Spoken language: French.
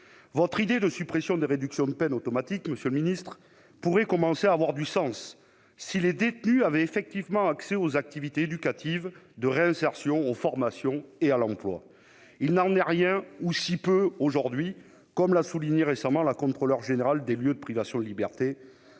Votre idée de suppression des réductions de peines automatiques pourrait commencer à avoir du sens si les détenus avaient effectivement accès aux activités éducatives de réinsertion, aux formations et à l'emploi. Il n'en est rien, ou si peu aujourd'hui, comme l'a souligné récemment la Contrôleure générale des lieux de privation de liberté,